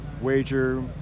wager